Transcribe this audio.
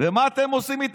ומה אתם עושים?